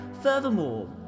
furthermore